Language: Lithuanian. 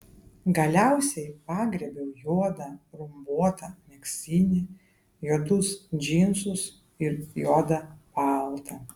galiausiai pagriebiau juodą rumbuotą megztinį juodus džinsus ir juodą paltą